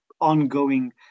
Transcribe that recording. ongoing